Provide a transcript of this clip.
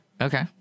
Okay